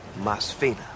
Masfina